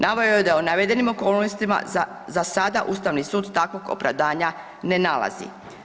Naveo je da u navedenim okolnostima za sada Ustavni sud takvog opravdanja ne nalazi.